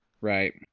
Right